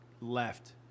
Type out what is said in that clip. left